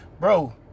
bro